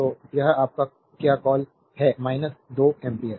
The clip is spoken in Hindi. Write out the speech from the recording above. तो यह आपका क्या कॉल है 2 एम्पीयर